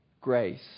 grace